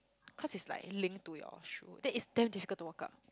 cause is like linked to your shoe then it's damn difficult to walk up